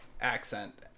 accent